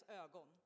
ögon